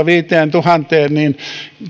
viiteentuhanteen niin